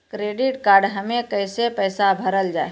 Credit card हम्मे कैसे पैसा भरल जाए?